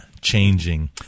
changing